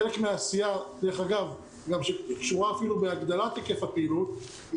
חלק מהעשייה שקשורה בהגדלת היקף הפעילות היא